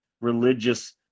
religious